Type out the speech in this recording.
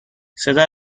صدا